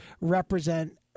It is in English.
represent